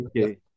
okay